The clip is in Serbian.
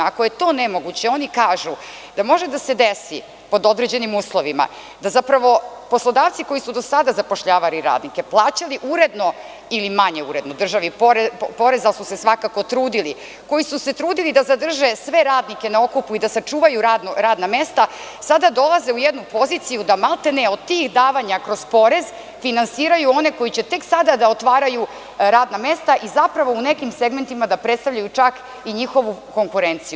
Ako je to nemoguće, oni kažu da može da se desi, pod određenim uslovima, da zapravo poslodavci koji su do sada zapošljavali radnike, plaćali uredno ili manje uredno državi porez, ali su se svakako trudili, koji su se trudili da zadrže sve radnike na okupu i da sačuvaju radna mesta, sada dolaze u jednu poziciju da maltene od tih davanja kroz porez finansiraju one koji će tek sada da otvaraju radna mesta i zapravo u nekim segmentima da predstavljaju čak i njihovu konkurenciju.